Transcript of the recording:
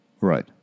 Right